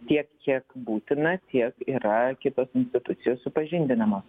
tiek kiek būtina tiek yra kitos institucijos supažindinamos